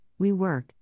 WeWork